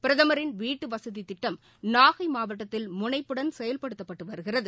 பிரதமின் வீட்டுவசதிதிட்டம் நாகைமாவட்டத்தில் முனைப்புடன் செயல்படுத்தப்பட்டுவருகிறது